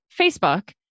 Facebook